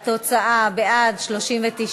התוצאה: בעד, 39,